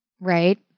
right